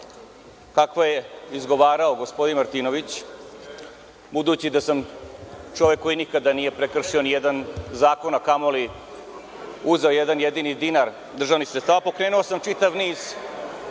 kakve je izgovarao gospodin Martinović, budući da sam čovek koji nikada nije prekršio ni jedan zakon a kamo li uzeo jedan jedini dinar državnih sredstava, pokrenuo sam čitav niz